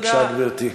בבקשה, גברתי.